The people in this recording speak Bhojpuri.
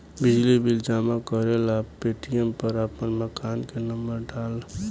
बिजली बिल जमा करेला पेटीएम पर आपन मकान के नम्बर डाल